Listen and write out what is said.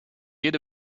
jede